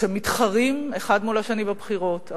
ואנו מתחרים האחד מול השני בבחירות,